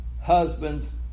husbands